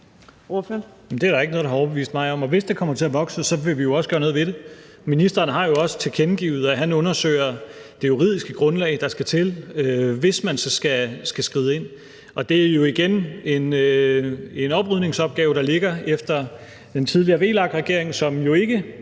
det er der ikke noget, der har overbevist mig om, og hvis det kommer til at vokse, vil vi jo også gøre noget ved det. Ministeren har jo også tilkendegivet, at han undersøger det juridiske grundlag, der skal til, hvis man skal skride ind. Og det er jo igen en oprydningsopgave, der ligger efter den tidligere VLAK-regering, som jo ikke